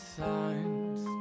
signs